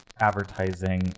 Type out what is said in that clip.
advertising